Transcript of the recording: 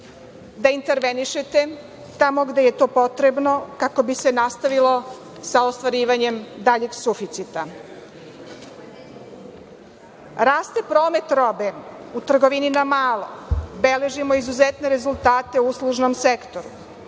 da intervenišete tamo gde je to potrebno, kako bi se nastavilo sa ostvarivanjem daljeg suficita. Raste promet robe u trgovini na malo, beležimo izuzetne rezultate uslužnom sektoru,